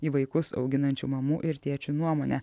į vaikus auginančių mamų ir tėčių nuomonę